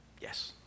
Yes